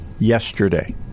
Yesterday